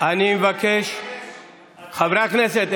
חברי הכנסת,